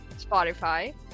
Spotify